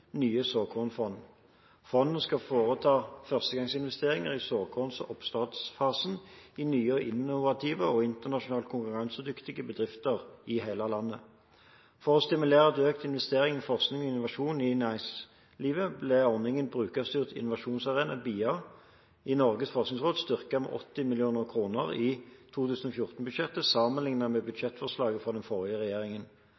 nye såkornfond. Fondene skal foreta førstegangsinvesteringer i såkorn- og oppstartsfasen i nye og innovative og internasjonalt konkurransedyktige bedrifter i hele landet. For å stimulere til økt investering i forskning og innovasjon i næringslivet ble ordningen Brukerstyrt innovasjonsarena, BIA, i Norges forskningsråd styrket med 80 mill. kr i 2014-budsjettet, sammenlignet med